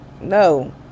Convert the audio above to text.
No